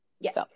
Yes